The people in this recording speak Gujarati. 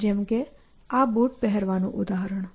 જેમ કે આ બૂટ પહેરવાનું ઉદાહરણ